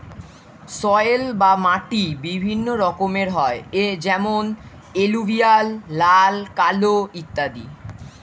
soil বা মাটি বিভিন্ন রকমের হয় যেমন এলুভিয়াল, লাল, কালো ইত্যাদি